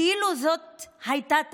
כאילו זאת הייתה טעות,